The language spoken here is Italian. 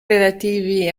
relativi